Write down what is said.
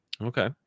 okay